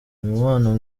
umubano